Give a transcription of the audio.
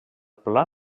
pla